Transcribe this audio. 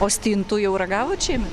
o stintų jau ragavot šieme